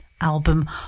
album